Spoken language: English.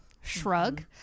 Shrug